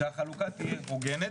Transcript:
שהחלוקה תהיה הוגנת.